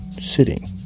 sitting